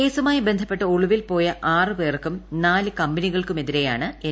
കേസുമായി ബന്ധപ്പെട്ട് ഒളിവിൽ പോയ ആറു പേർക്കും നാല് കമ്പനികൾക്കുമെതിരെയാണ് എൻ